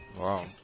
Wow